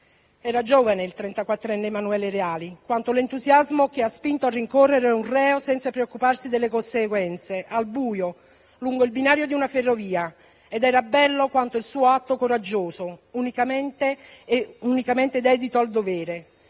Era giovane il trentaquattrenne Emanuele Reali, quanto l'entusiasmo che lo ha spinto a rincorrere un reo senza preoccuparsi delle conseguenze, al buio, lungo il binario di una ferrovia. Ed era bello quanto il suo atto coraggioso, unicamente dedito al dovere.